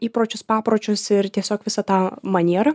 įpročius papročius ir tiesiog visą tą manierą